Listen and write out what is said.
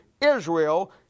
Israel